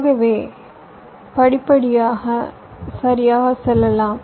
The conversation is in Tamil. ஆகவே படிப்படியாக சரியாக செல்லலாம்